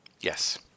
Yes